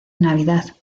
navidad